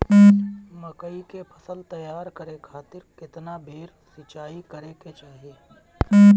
मकई के फसल तैयार करे खातीर केतना बेर सिचाई करे के चाही?